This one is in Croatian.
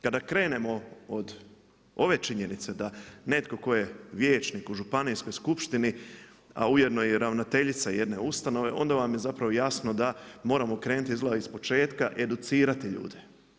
Kada krenemo od ove činjenice da netko tko je vijećnik u županijskoj skupštini, a ujedno i ravnateljica jedne ustanove onda vam je zapravo jasno da moramo krenuti izgleda ispočetka educirati ljude.